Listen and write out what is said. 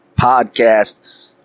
podcast